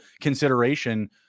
consideration